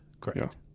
Correct